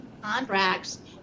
contracts